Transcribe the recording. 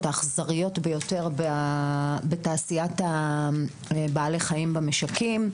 האכזריות ביותר בתעשיית בעלי החיים במשקים.